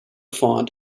font